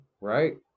Right